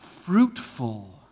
fruitful